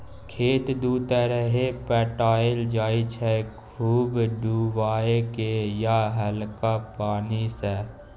खेत दु तरहे पटाएल जाइ छै खुब डुबाए केँ या हल्का पानि सँ